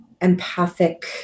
empathic